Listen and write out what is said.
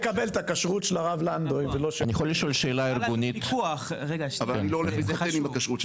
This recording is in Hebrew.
הגיור של --- אתה יכול לעשות פיקוח כמו שאפשר לעשות בתוך מערך הכשרות.